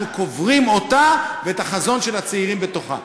אנחנו קוברים אותה ואת החזון של הצעירים בתוכה.